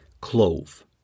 Clove